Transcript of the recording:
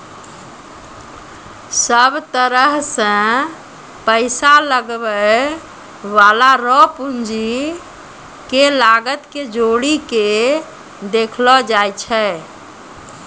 सब तरह से पैसा लगबै वाला रो पूंजी के लागत के जोड़ी के देखलो जाय छै